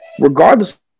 regardless